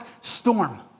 storm